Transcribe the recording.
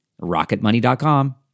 Rocketmoney.com